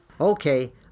Okay